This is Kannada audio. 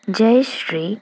ಜಯಶ್ರೀ